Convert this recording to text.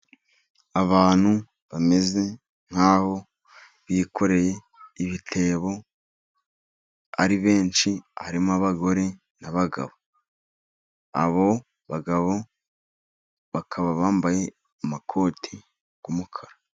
Abantu bameze nk'aho bikoreye ibitebo ari benshi , harimo abagore n'abagabo . Abo bagabo bakaba bambaye amakoti y' umukara.